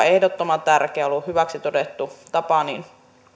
ehdottoman tärkeä ja ollut hyväksi todettu tapa